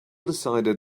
decided